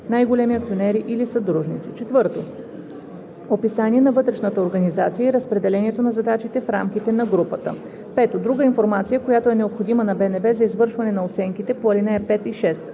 най-големи акционери или съдружници; 4. описание на вътрешната организация и разпределението на задачите в рамките на групата; 5. друга информация, която е необходима на БНБ за извършване на оценките по ал. 5 и 6.